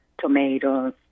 tomatoes